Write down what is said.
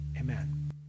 Amen